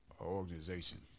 organization